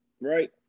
right